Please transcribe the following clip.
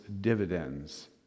dividends